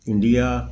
India